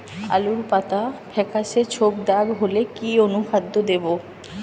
আলুর পাতা ফেকাসে ছোপদাগ হলে কি অনুখাদ্য দেবো?